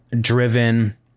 driven